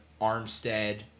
Armstead